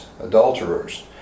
adulterers